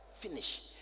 finish